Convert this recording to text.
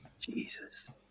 Jesus